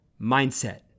mindset